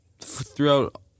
throughout